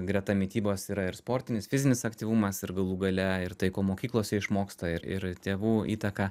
greta mitybos yra ir sportinis fizinis aktyvumas ir galų gale ir tai ko mokyklose išmoksta ir ir tėvų įtaka